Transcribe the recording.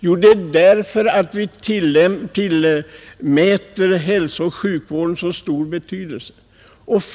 Jo, därför att vi tillmäter hälsooch sjukvården så stor betydelse.